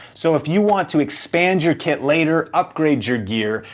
so if you want to expand your kit later, upgrade your gear,